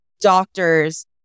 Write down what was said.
doctors